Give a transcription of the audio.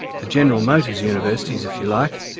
the general motors universities if you like,